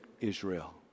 Israel